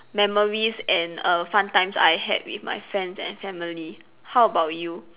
memories and err fun times I had with my friends and family how about you